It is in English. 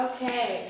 Okay